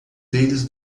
deles